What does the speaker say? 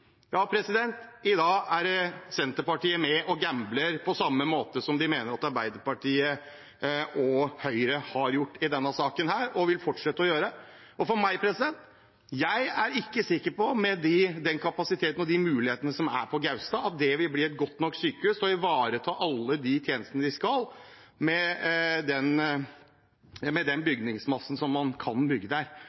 I dag er Senterpartiet med og gambler på samme måte som de mener at Arbeiderpartiet og Høyre har gjort i denne saken, og vil fortsette å gjøre. Jeg er ikke sikker på, med den kapasiteten og de mulighetene som er på Gaustad, at det vil bli et godt nok sykehus til å ivareta alle de tjenestene de skal ha, med den bygningsmassen som man kan bygge der.